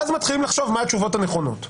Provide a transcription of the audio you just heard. רק אז מתחילים לחשוב מה התשובות הנכונות.